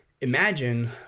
imagine